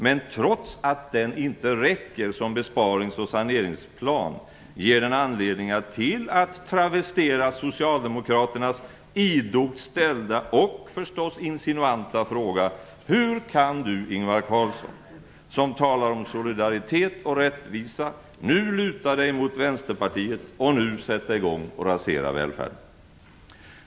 Men trots att den inte räcker som besparings och saneringsplan, ger den anledningar till att travestera socialdemokraternas idogt ställda och förstås insinuanta fråga: Hur kan Ingvar Carlsson som talar om solidaritet och rättvisa nu luta sig mot Vänsterpartiet och nu sätta i gång att rasera välfärden?